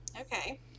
Okay